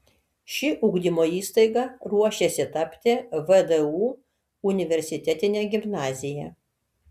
ši ugdymo įstaiga ruošiasi tapti vdu universitetine gimnazija